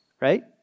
right